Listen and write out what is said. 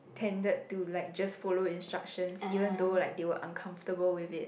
tendered to like just follow instruction even though like they were uncomfortable with it